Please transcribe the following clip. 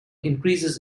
increases